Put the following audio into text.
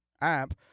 app